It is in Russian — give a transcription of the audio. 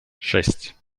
шесть